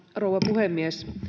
rouva puhemies